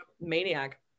Maniac